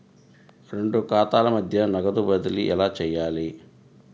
రెండు ఖాతాల మధ్య నగదు బదిలీ ఎలా చేయాలి?